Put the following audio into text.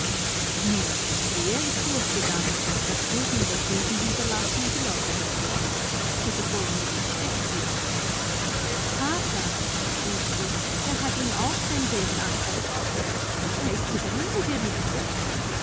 nun der ist durchgegangen hat schulden über schulden hinterlassen und die leute betrogen sie verfolgen ihn mit steckbriefen vater rief sie er hat ihm auch sein geld anvertraut er ist zugrunde gerichtet